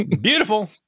Beautiful